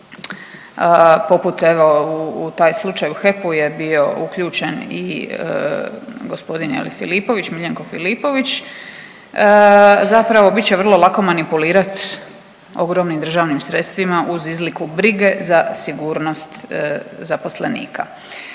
poput evo u taj slučaj u HEP-u je bio uključen i gospodin, je li, Filipović, Miljenko Filipović, zapravo, bit će vrlo lako manipulirati ogromnim državnim sredstvima uz izliku brige za sigurnost zaposlenika.